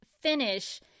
finish